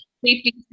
safety